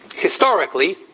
historically,